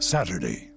Saturday